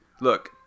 look